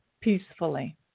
peacefully